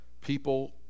people